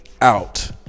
out